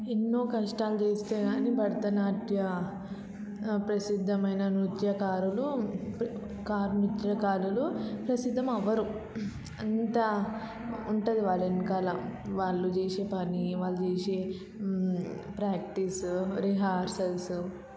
ఎన్నో కష్టాలు చేస్తే కానీ భరతనాట్యం ప్రసిద్ధమైన నృత్య కారులు కార్మికుల కారులు ప్రసిద్ధం అవ్వరు అంత ఉంటుంది వాళ్ళ వెనకాల వాళ్ళు చేసే పని వాళ్ళు చేసే ప్రాక్టీస్ రిహార్సల్స్